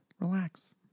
Relax